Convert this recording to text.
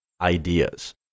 ideas